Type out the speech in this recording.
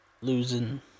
losing